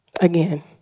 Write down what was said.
Again